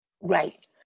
Right